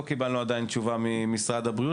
לא קיבלנו עדיין תשובה ממשרד הבריאות,